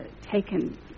taken